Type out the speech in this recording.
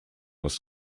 was